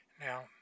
Now